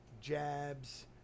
jabs